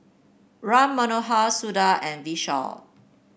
Ram Manohar Suda and Vishal